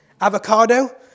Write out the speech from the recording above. avocado